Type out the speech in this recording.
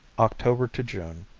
october to june.